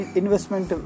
investment